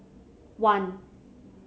one